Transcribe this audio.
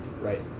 Right